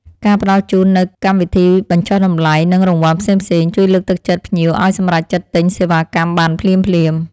ការផ្តល់ជូននូវកម្មវិធីបញ្ចុះតម្លៃនិងរង្វាន់ផ្សេងៗ ជួយលើកទឹកចិត្តភ្ញៀវឱ្យសម្រេចចិត្តទិញសេវាកម្មបានភ្លាមៗ។